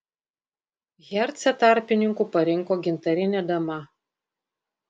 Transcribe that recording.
hercą tarpininku parinko gintarinė dama